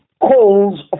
calls